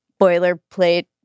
boilerplate